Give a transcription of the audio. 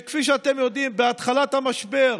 כפי שאתם יודעים, בהתחלת המשבר